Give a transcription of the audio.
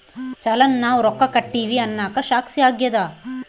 ಚಲನ್ ನಾವ್ ರೊಕ್ಕ ಕಟ್ಟಿವಿ ಅನ್ನಕ ಸಾಕ್ಷಿ ಆಗ್ಯದ